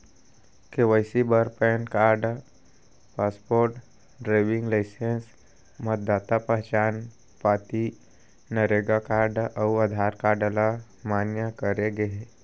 KYC बर PAN card, passport, driving licence, मतदाता पहचान पाती, नरेगा कारड अउ आधार कारड ल मान्य करे गे हे